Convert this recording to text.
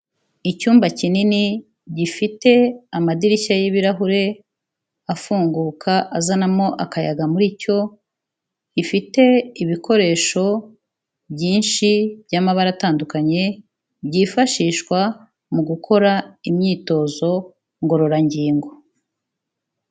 Icyumba kinini gifite amadirishya y'ibirahure afunguka azanamo akayaga muri cyo, gifite ibikoresho byinshi by'amabara atandukanye, byifashishwa mu gukora imyitozo ngororangingo.